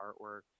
artwork